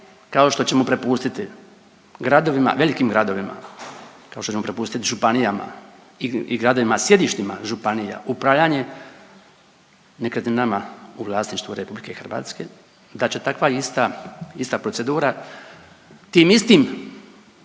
kao što ćemo prepustiti gradovima, velikim gradovima kao što ćemo prepustiti županijama i gradovima sjedištima županija upravljanje nekretninama u vlasništvu Republike Hrvatske, da će takva ista procedura tim istim